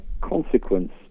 consequence